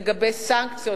לגבי סנקציות.